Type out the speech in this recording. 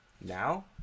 Now